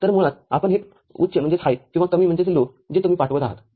तर मुळात आपण हे उच्च किंवा कमीजे तुम्ही पाठवत आहात